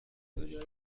داریم